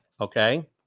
okay